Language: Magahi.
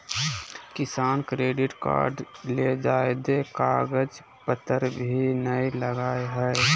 किसान क्रेडिट कार्ड ले ज्यादे कागज पतर भी नय लगय हय